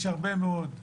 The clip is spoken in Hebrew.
יש הרבה מאוד אירועים,